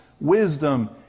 wisdom